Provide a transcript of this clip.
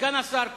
סגן השר כהן,